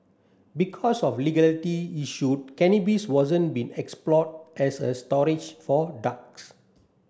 because of legality issue cannabis wasn't being explored as a storage for drugs